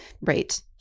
Right